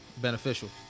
beneficial